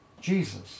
Jesus